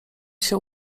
się